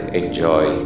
enjoy